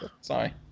Sorry